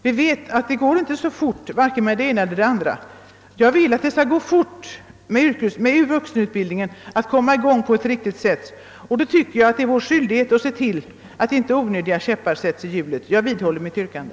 Vi vet att varken det ena eller det andra går så fort. Jag vill att det skall vara möjligt att snabbt komma i gång med vuxenutbildningen, och jag tycker att det är vår skyldighet att se till att inte onödiga käppar sätts i hjulet. Jag vidhåller mitt yrkande.